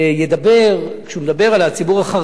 כשהוא מדבר על הציבור החרדי,